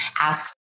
ask